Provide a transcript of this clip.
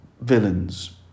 villains